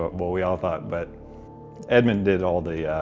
but but we all thought. but edmund did all the,